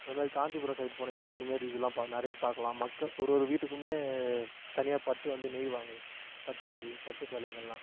அந்த மாதிரி காஞ்சிபுரம் சைடு போனீங்கன்னால் அந்தமாரி இதெலாம் பா நிறையா பார்க்கலாம் மக்கள் ஒரு ஒரு வீட்டுக்குமே தனியாக பட்டு வந்து நெய்வாங்க பட்டு ஸேரி பட்டு சேலைங்கள் எல்லாம்